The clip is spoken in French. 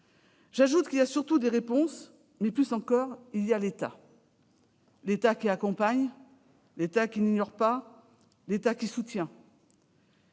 J'ajouterai qu'il y a surtout des réponses, mais que, plus encore, il y a l'État ; l'État qui accompagne, l'État qui n'ignore pas, l'État qui soutient.